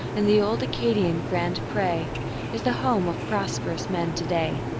and the old acadian grand pre is the home of prosperous men to-day.